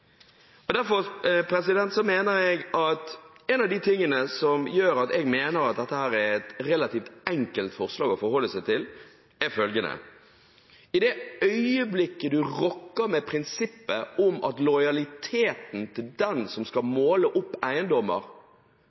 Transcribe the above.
En av de tingene som gjør at jeg mener at dette er et relativt enkelt forslag å forholde seg til, er følgende: I det øyeblikket vi rokker ved prinsippet om lojaliteten til den som skal måle opp eiendommer,